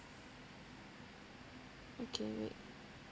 okay wait